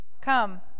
Come